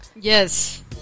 yes